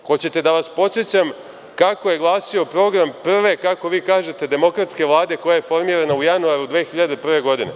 Hoćete li da vas podsećam kako je glasio program, prve, kako vi kažete, demokratske Vlade koja je formirana u januaru 2001. godine?